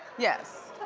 yes.